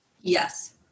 Yes